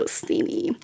steamy